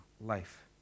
life